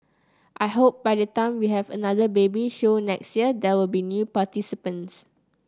I hope by the time we have another baby show next year there will be new participants